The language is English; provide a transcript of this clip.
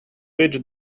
which